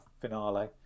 finale